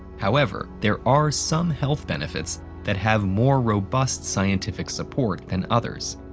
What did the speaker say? however, there are some health benefits that have more robust scientific support than others.